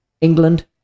England